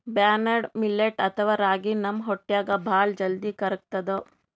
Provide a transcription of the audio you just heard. barnyard millet ಅಥವಾ ರಾಗಿ ನಮ್ ಹೊಟ್ಟ್ಯಾಗ್ ಭಾಳ್ ಜಲ್ದಿ ಕರ್ಗತದ್